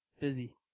Busy